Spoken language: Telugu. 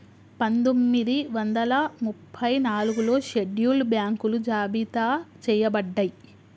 పందొమ్మిది వందల ముప్పై నాలుగులో షెడ్యూల్డ్ బ్యాంకులు జాబితా చెయ్యబడ్డయ్